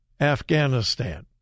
Afghanistan